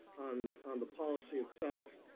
on on the policy itself.